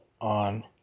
on